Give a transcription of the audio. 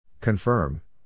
Confirm